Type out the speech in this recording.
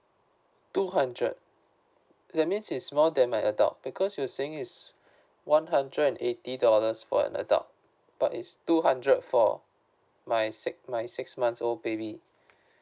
two hundred that means is more than my adult because you're saying is one hundred and eighty dollars for an adult but is two hundred for my six my six months old baby